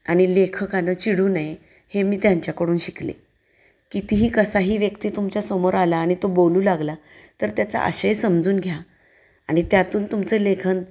आणि लेखकांनं चिडू नये हे मी त्यांच्याकडून शिकले कितीही कसाही व्यक्ती तुमच्यासमोर आला आणि तो बोलू लागला तर त्याचा आशय समजून घ्या आणि त्यातून तुमचं लेखन